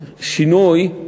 שינוי,